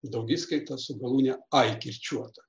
daugiskaita su galūne ai kirčiuota